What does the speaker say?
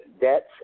debts